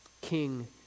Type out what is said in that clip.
King